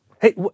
Hey